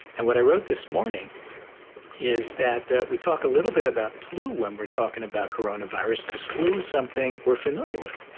and when i wrote this morning is that that we talk a little bit about flu when we're talking about. and virus cause flu is something we're familiar with.